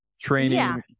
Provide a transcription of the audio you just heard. training